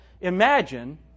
Imagine